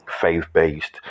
faith-based